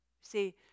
See